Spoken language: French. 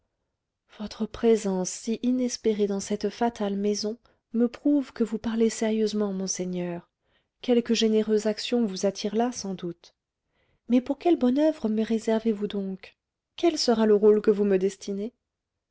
votre présence si inespérée dans cette fatale maison me prouve que vous parlez sérieusement monseigneur quelque généreuse action vous attire là sans doute mais pour quelle bonne oeuvre me réservez vous donc quel sera le rôle que vous me destinez